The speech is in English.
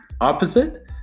opposite